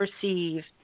perceive